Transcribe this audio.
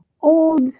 old